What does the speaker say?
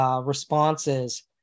responses